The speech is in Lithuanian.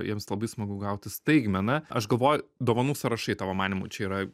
jiems labai smagu gauti staigmeną aš galvoju dovanų sąrašai tavo manymu čia yra